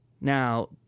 Now